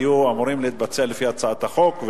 היו אמורים להתבצע לפי הצעת החוק,